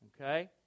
Okay